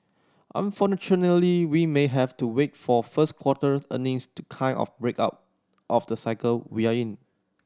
we may have to wait for first quarters earnings to kind of break out of the cycle we're in